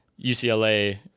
UCLA